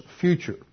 future